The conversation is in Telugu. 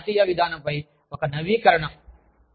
మరియు ఇది జాతీయ విధానంపై ఒక నవీకరణ